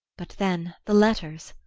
but then, the letters?